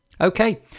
Okay